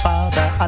Father